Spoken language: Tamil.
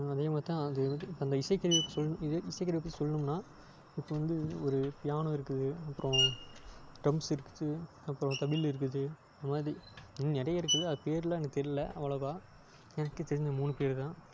அதே மாதிரி தான் அது வந்து அந்த இசைக்கருவி பற்றி சொல்லணு இதே இசைக்கருவி பற்றி சொல்லணும்னா இப்போ வந்து ஒரு பியானோ இருக்குது அப்புறம் ட்ரம்ஸ் இருக்குது அப்புறம் தவில்லு இருக்குது இதுமாதிரி இன்னும் நிறைய இருக்குது அது பேருலாம் எனக்கு தெரில அவ்வளோவா எனக்கு தெரிஞ்ச மூணு பேருதான்